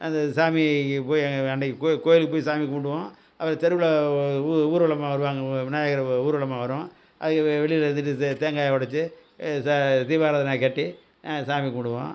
அந்த சாமிக்கு போய் அன்னைக்கி கோ கோயிலுக்கு போய் சாமி கும்பிடுவோம் அது தெருவில் ஊ ஊர்வலமாக வருவாங்க விநாயகரை ஊர்வலமாக வரும் அதுக்கு வெளியில தேங்காயை உடச்சி தீபாராதனை காட்டி சாமி கும்பிடுவோம்